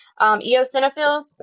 eosinophils